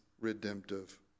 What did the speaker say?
redemptive